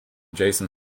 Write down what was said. jason